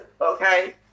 okay